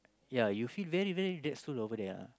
ya you feel very very relax too over there